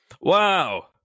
wow